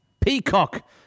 Peacock